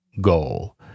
goal